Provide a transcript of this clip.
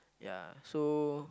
ya so